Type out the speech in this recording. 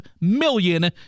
million